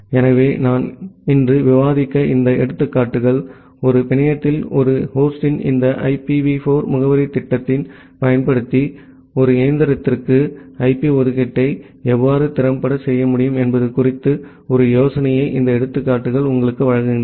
எனவே நான் இன்று விவாதித்த இந்த எடுத்துக்காட்டுகள் ஒரு பிணையத்தில் ஒரு ஹோஸ்டின் இந்த ஐபிவி 4 முகவரித் திட்டத்தைப் பயன்படுத்தி ஒரு இயந்திரத்திற்கு ஐபி ஒதுக்கீட்டை எவ்வாறு திறம்பட செய்ய முடியும் என்பது குறித்த ஒரு யோசனையை இந்த எடுத்துக்காட்டுகள் உங்களுக்கு வழங்குகின்றன